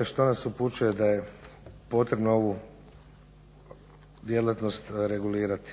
a što nas upućuje da je potrebno ovu djelatnost regulirati.